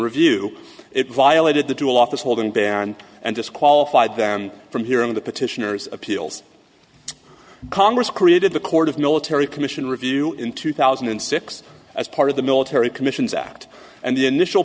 review it violated the dual office holding banned and disqualified them from hearing the petitioners appeals congress created the court of military commission review in two thousand and six as part of the military commissions act and the initial